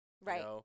Right